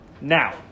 Now